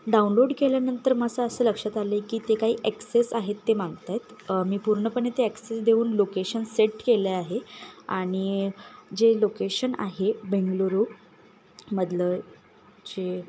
download केल्यानंतर मला असं लक्षात आलं आहे की ते काही ॲक्सेस आहेत ते मागत आहेत मी पूर्णपणे ते ॲक्सेस देऊन लोकेशन सेट केले आहे आणि जे लोकेशन आहे बेंगलुरु मधलं जे